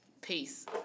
Peace